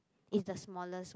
is the smallest one